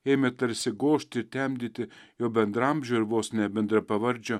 ėmė tarsi gožti ir temdyti jo bendraamžio ir vos ne bendrapavardžio